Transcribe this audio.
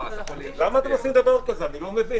הצבעה הרוויזיה לא אושרה.